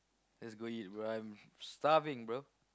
let's go eat rum I'm starving bro